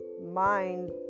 mind